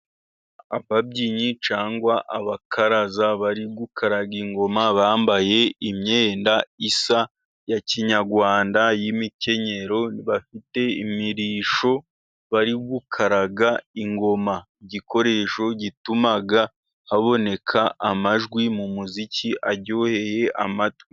Ababyinnyi cyangwa abakaraza, bari gukaraga ingoma, bambaye imyenda isa, ya kinyarwanda y'imikenyero, bafite imirishyo bari gukaraga ingoma, igikoresho gituma haboneka amajwi, n'umuziki uryoheye amatwi.